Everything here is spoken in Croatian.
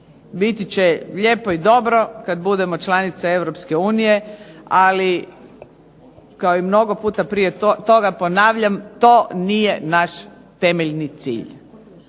Biti će lijepo i dobro kada budemo članica Europske unije, ali kao i mnogo puta prije toga ponavljam, to nije naš temeljni cilj.